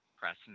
press